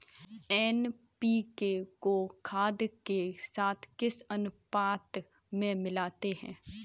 NPK को खाद के साथ किस अनुपात में मिलाते हैं?